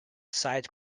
side